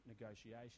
negotiation